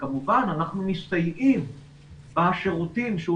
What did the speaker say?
וכמובן אנחנו מסתייעים בשירותים שהוא